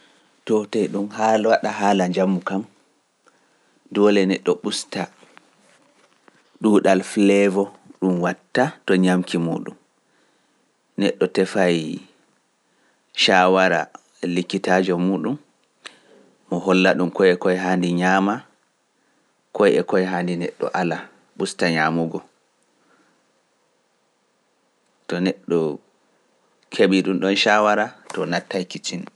Too te ɗum haala - waɗa haala njamu kam doole neɗɗo ɓusta ɗuuɗal flavor ɗum watta to nyaamki muuɗum, neɗɗo tefay caawara likitaajo muuɗum, mo holla-ɗum koye e koye haani nyaama, koye e koye haani neɗɗe ala, ɓusta nyaamugo. To neɗɗo heɓii ɗumɗon caawara too nattay kitchen